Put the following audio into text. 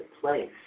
place